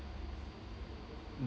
mm